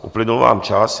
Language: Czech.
Uplynul vám čas.